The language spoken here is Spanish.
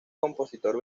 compositor